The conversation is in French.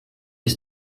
des